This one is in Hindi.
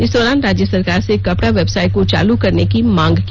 इस दौरान राज्य सरकार से कपड़ा व्यवसाय को चालू करने की मांग की